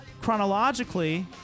chronologically